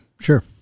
sure